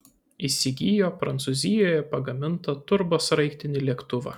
įsigijo prancūzijoje pagamintą turbosraigtinį lėktuvą